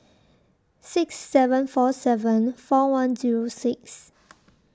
six seven four seven four one Zero six